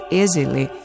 easily